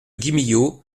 guimiliau